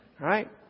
right